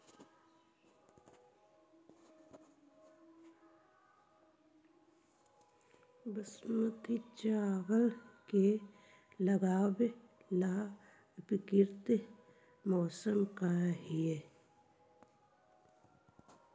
बासमती चावल के लगावे ला उपयुक्त मौसम का है?